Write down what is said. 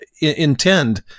intend